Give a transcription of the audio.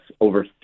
over